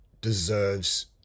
deserves